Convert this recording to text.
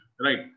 Right